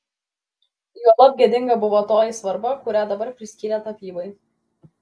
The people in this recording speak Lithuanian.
juolab gėdinga buvo toji svarba kurią dabar priskyrė tapybai